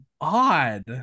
odd